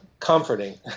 Comforting